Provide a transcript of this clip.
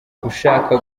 ushaka